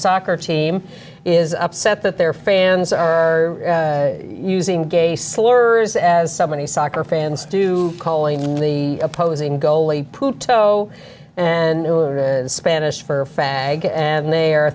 soccer team is upset that their fans are using gay slurs as seventy soccer fans do calling the opposing goalie puto and spanish for a fag and they're